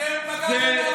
אתם פגעתם באברכים,